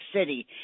City